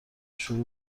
شروع